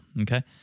Okay